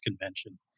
Convention